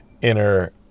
inner